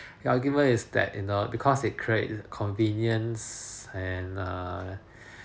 your argument is that you know because it create convenience and err